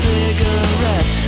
cigarette